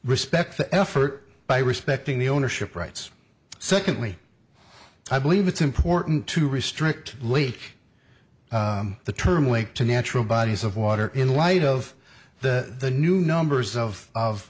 respect the effort by respecting the ownership rights secondly i believe it's important to restrict leak the term way to natural bodies of water in light of the new numbers of of